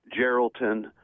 Geraldton